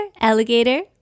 alligator